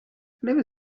never